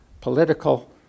political